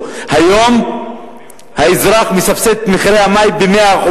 היום האזרח מסבסד את מחירי המים ב-100%,